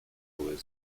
były